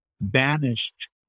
banished